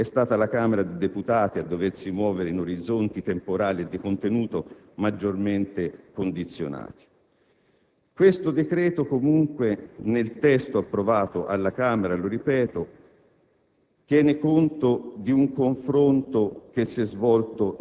Per l'ordinamento giudiziario, per fare un esempio concreto e recente, è stata la Camera dei deputati a doversi muovere in orizzonti temporali e di contenuto maggiormente condizionati. Questo decreto, comunque, nel testo approvato alla Camera, lo ripeto,